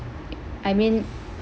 I mean